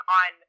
on